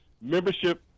membership